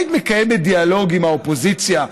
היית מקיימת דיאלוג עם האופוזיציה.